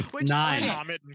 Nine